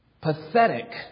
pathetic